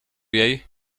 jej